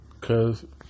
cause